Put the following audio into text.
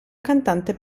cantante